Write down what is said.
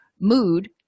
mood